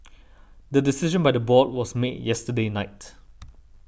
the decision by the board was made yesterday night